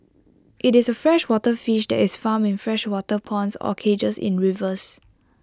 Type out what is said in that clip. IT is A freshwater fish that is farmed in freshwater ponds or cages in rivers